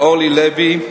אורלי לוי,